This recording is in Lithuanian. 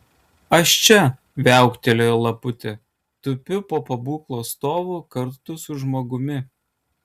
aš čia viauktelėjo laputė tupiu po pabūklo stovu kartu su žmogumi